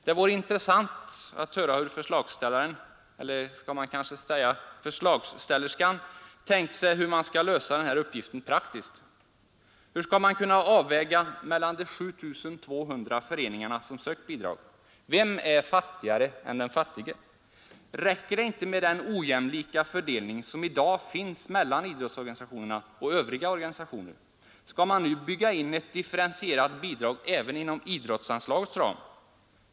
Det vore intressant att höra hur förslagsställaren — eller skall man kanske säga förslagsställerskan — tänkt sig hur man skall lösa den här uppgiften praktiskt. Hur skall man kunna avväga mellan de 7 200 föreningarna som sökt bidrag? Vem är fattigare än den fattige? Räcker det inte med den ojämlika fördelning som i dag finns mellan idrottsorganisationerna och övriga organisationer? Skall man nu bygga in ett differentierat bidrag även inom idrottsanslagets ram?